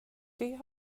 det